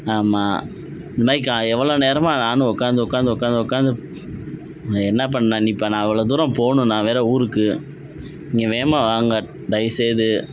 ஆமாம் இது மாதிரி எவ்வளோ நேரமாக நானும் உட்காந்து உட்காந்து உட்காந்து உட்காந்து இப்போ என்ன பண்ணலாம் இப்போ நான் எவ்வளோ தூரம் போகணும் நான் வேறு ஊருக்கு நீங்கள் வேகமாக வாங்க தயவு செய்து